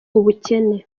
ubukene